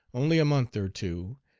only a month or two,